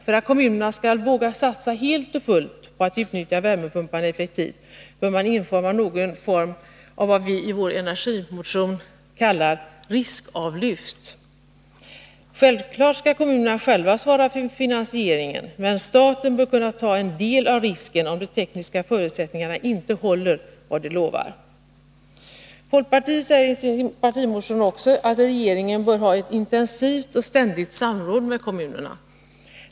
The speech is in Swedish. För att kommunerna skall våga satsa helt och fullt på att effektivt utnyttja värmepumparna bör man införa någon form av vad vi i vår energimotion kallar ”riskavlyft”. Självfallet skall kommunerna själva svara för finansieringen, men staten bör kunna ta en del av risken om de tekniska förutsättningarna inte håller vad de lovar. Folkpartiet säger i sin partimotion också att regeringen bör ha ett intensivt och ständigt samråd med kommunerna.